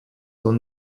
own